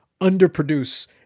underproduce